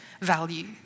value